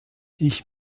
ich